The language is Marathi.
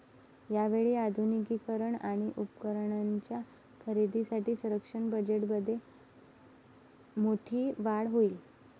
यावेळी आधुनिकीकरण आणि उपकरणांच्या खरेदीसाठी संरक्षण बजेटमध्ये मोठी वाढ होईल